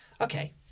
Okay